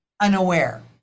unaware